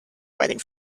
waiting